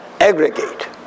aggregate